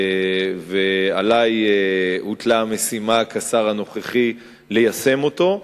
ועלי הוטלה המשימה, כשר הנוכחי, ליישם אותו.